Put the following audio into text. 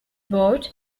board